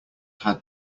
had